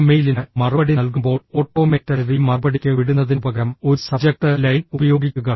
ഒരു മെയിലിന് മറുപടി നൽകുമ്പോൾ ഓട്ടോമേറ്റഡ് റീ മറുപടിക്ക് വിടുന്നതിനുപകരം ഒരു സബ്ജക്ട് ലൈൻ ഉപയോഗിക്കുക